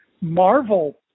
Marvel